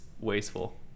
wasteful